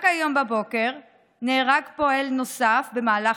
רק היום בבוקר נהרג פועל נוסף במהלך